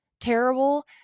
terrible